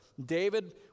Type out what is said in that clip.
David